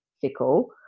fickle